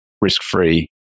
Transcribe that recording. risk-free